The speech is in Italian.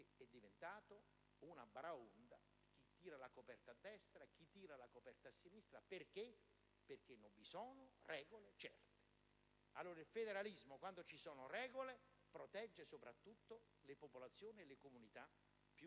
è diventata una baraonda: chi tira la coperta a destra e chi a sinistra. Perché? Perché non vi sono regole certe. Il federalismo, quando ci sono regole, protegge soprattutto le popolazioni e le comunità più